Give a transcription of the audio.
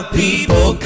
people